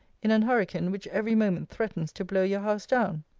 in an hurricane which every moment threatens to blow your house down?